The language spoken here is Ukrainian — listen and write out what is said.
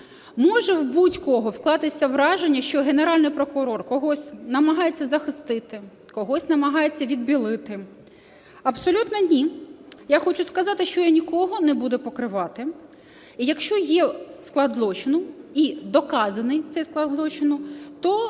Може в будь-кого скластися враження, що Генеральний прокурор когось намагається захистити, когось намагається "відбілити" – абсолютно ні. Я хочу сказати, що я нікого не буду покривати. Якщо є склад злочину і доказаний цей склад злочину,